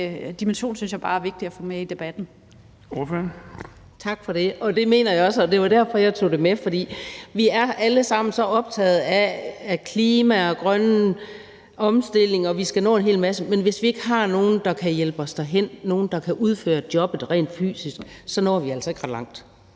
fg. formand (Erling Bonnesen): Ordføreren. Kl. 19:19 Lise Bech (DD): Tak for det. Det mener jeg også, og det var derfor jeg tog det med. Vi er alle sammen så optaget af klima og grøn omstilling, og at vi skal nå en hel masse, men hvis vi ikke har nogen, der kan hjælpe os derhen, nogen, der kan udføre jobbet rent fysisk, så når vi altså ikke ret langt.